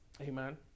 Amen